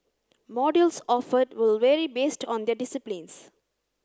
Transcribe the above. modules offered will vary based on their disciplines